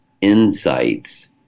insights